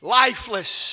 lifeless